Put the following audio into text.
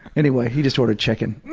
anyway, he just ordered chicken.